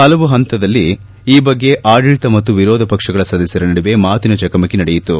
ಹಲವು ಹಂತದಲ್ಲಿ ಈ ಬಗ್ಗೆ ಆಡಳಿತ ಮತ್ತು ವಿರೋಧ ಪಕ್ಷಗಳ ಸದಸ್ದರ ನಡುವೆ ಮಾತಿನ ಚಕಮಕಿ ನಡೆಯಿತು